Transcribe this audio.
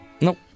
Nope